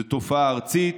זו תופעה ארצית,